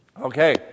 Okay